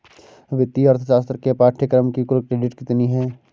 वित्तीय अर्थशास्त्र के पाठ्यक्रम की कुल क्रेडिट कितनी है?